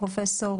מורפיום,